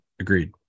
agreed